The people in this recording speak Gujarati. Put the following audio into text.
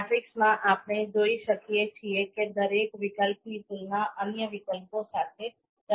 મેટ્રિક્સમાં આપણે જોઈ શકીએ છીએ કે દરેક વિકલ્પની તુલના અન્ય વિકલ્પ સાથે કરવામાં આવી છે